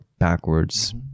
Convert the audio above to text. backwards